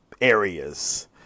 areas